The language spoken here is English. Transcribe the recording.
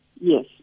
Yes